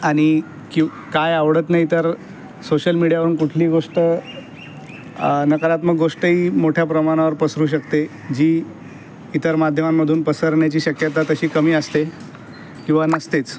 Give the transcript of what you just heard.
आणि क्यु काय आवडत नाही तर सोशल मिडीयावरून कुठलीही गोष्ट नकारात्मक गोष्टही मोठ्या प्रमाणावर पसरू शकते जी इतर माध्यमांमधून पसरण्याची शक्यता तशी कमी असते किंवा नसतेच तर